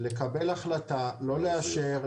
לקבל החלטה לא לאשר,